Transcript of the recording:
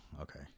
okay